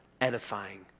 edifying